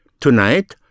Tonight